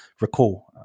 recall